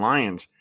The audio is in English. Lions